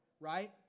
right